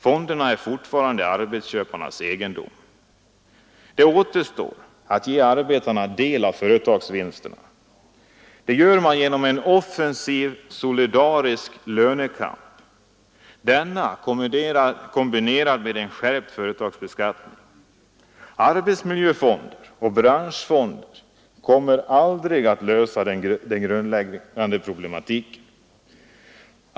Fonderna är fortfarande arbetsköparnas egendom. Det återstår att ge arbetarna del av företagsvinsterna. Det gör man genom en offensiv solidarisk lönekamp kombinerad med en skärpt företagsbeskattning. Arbetsmiljöfonder och branschfonder kommer aldrig att lösa de grundläggande problemen.